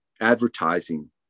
advertising